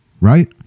right